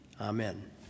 Amen